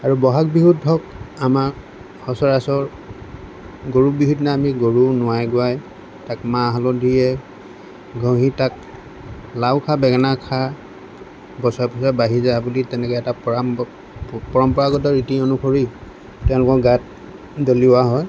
আৰু বহাগ বিহুত ধৰক আমাৰ সচৰাচৰ গৰু বিহুৰ দিনা আমি গৰুক নোৱাই ধোৱাই তাক মাহ হালধিৰে ঘঁহি তাক লাউ খা বেঙেনা খা বছৰে বছৰে বাঢ়ি যা বুলি তেনেকৈ এটা পৰাম্পা পৰম্পৰাগত ৰীতি অনুসৰি তেওঁলোকৰ গাত দলিওৱা হয়